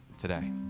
today